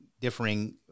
differing